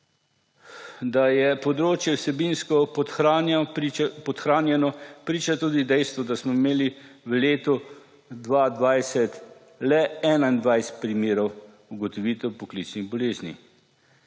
Da je področje vsebinsko podhranjeno, priča tudi dejstvo, da smo imeli v letu 2020 le 21 primerov ugotovitev poklicnih bolezni.